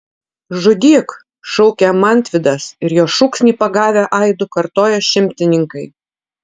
žudyk šaukia mantvydas ir jo šūksnį pagavę aidu kartoja šimtininkai